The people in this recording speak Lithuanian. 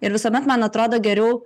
ir visuomet man atrodo geriau